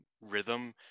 rhythm